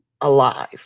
alive